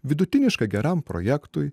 vidutiniškai geram projektui